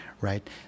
right